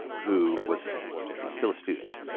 who was still a student.